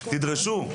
תדרשו.